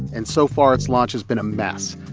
and so far, its launch has been a mess.